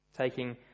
taking